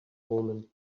woman